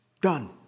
Done